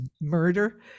murder